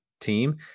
team